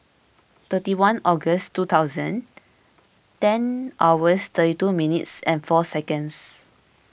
thirty one August two thousand ten hours thirty two minutes four seconds